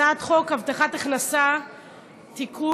הצעת חוק הבטחת הכנסה (תיקון,